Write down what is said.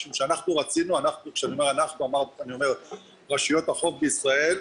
משום שאנחנו רצינו כשאני אומר אנחנו זה רשויות החוף בישראל,